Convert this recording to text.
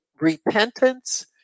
repentance